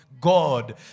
God